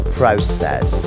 process